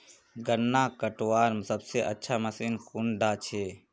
गन्ना कटवार सबसे अच्छा मशीन कुन डा छे?